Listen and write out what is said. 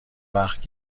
وقت